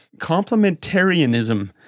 Complementarianism